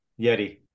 yeti